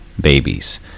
babies